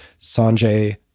Sanjay